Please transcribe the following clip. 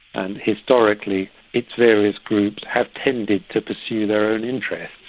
and historically its various groups have tended to pursue their own interests.